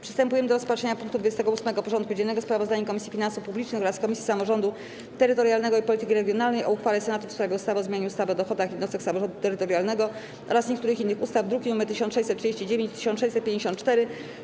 Przystępujemy do rozpatrzenia punktu 28. porządku dziennego: Sprawozdanie Komisji Finansów Publicznych oraz Komisji Samorządu Terytorialnego i Polityki Regionalnej o uchwale Senatu w sprawie ustawy o zmianie ustawy o dochodach jednostek samorządu terytorialnego oraz niektórych innych ustaw (druki nr 1639 i 1654)